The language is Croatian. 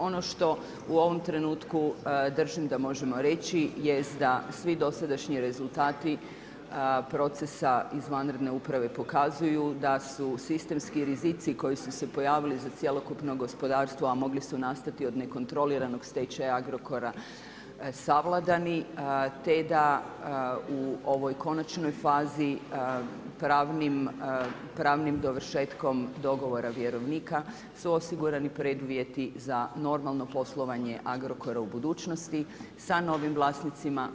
Ono što u ovom trenutku držim da možemo reći jest da svi dosadašnji rezultati procesa izvanredne uprave pokazuju da su sistemski rizici koji su se pojavili za cjelokupno gospodarstvo, a mogli su nastati od nekontroliranog stečaja Agrokora savladani, te da u ovoj konačnoj fazi pravnim dovršetkom dogovora vjerovnika su osigurani preduvjeti za normalno poslovanje Agrokora u budućnosti sa novim vlasnicima.